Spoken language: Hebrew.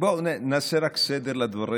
בואו נעשה רק סדר בדברים,